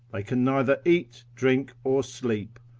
they can neither eat, drink or sleep.